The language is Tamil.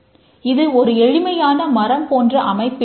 இது ஒரு எளிமையான மரம் போன்றஅமைப்பிலும் இல்லை